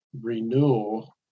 renewal